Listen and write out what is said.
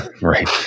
Right